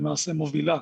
טסלה היא למעשה מובילה